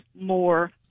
more